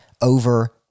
over